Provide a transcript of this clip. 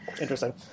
Interesting